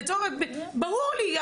ברור לי.